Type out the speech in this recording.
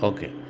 Okay